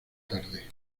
tarde